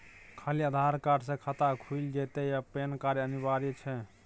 खाली आधार कार्ड स खाता खुईल जेतै या पेन कार्ड अनिवार्य छै?